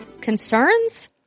concerns